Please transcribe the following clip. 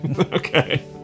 Okay